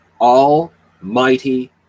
almighty